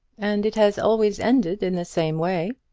and it has always ended in the same way.